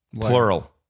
Plural